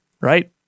right